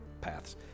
paths